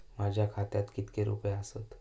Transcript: माझ्या खात्यात कितके रुपये आसत?